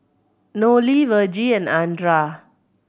Nolie Vergie and Andra